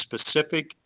specific